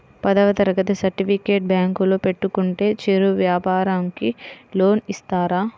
పదవ తరగతి సర్టిఫికేట్ బ్యాంకులో పెట్టుకుంటే చిరు వ్యాపారంకి లోన్ ఇస్తారా?